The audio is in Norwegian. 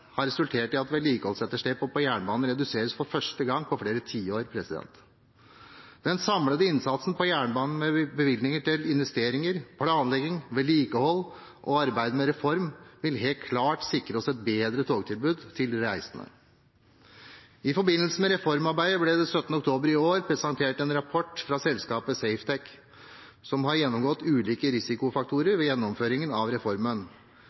har resultert i at vedlikeholdsetterslepet på jernbanen reduseres for første gang på flere tiår. Den samlede innsatsen på jernbanen med bevilgninger til investeringer, planlegging, vedlikehold og arbeidet med reform vil helt klart sikre et bedre togtilbud til de reisende. I forbindelse med reformarbeidet ble det den 17. oktober i år presentert en rapport fra selskapet Safetec, som har gjennomgått ulike risikofaktorer ved gjennomføringen av reformen.